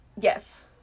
Yes